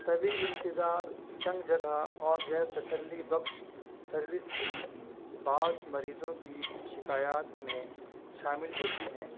طویل انتظار تنگ جگہ اور غیر تسلی بخش سروس بھی بعض مریضوں کی شکایات میں شامل ہوتی ہیں